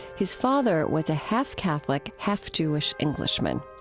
his father was a half-catholic, half-jewish englishman.